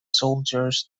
soldiers